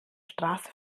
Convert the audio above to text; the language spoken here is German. straße